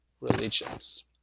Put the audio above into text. religions